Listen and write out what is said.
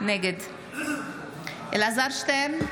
נגד אלעזר שטרן,